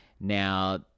Now